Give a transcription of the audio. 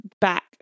back